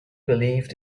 believed